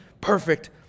perfect